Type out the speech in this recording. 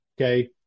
okay